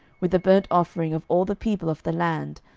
with the burnt offering of all the people of the land,